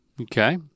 okay